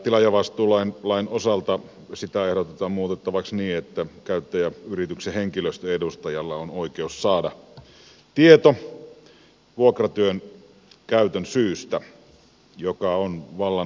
tilaajavastuulakia ehdotetaan muutettavaksi niin että käyttäjäyrityksen henkilöstön edustajalla on oikeus saada tieto vuokratyön käytön syystä mikä on vallan oikea toimenpide